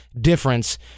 difference